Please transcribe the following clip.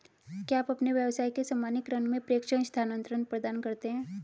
क्या आप अपने व्यवसाय के सामान्य क्रम में प्रेषण स्थानान्तरण प्रदान करते हैं?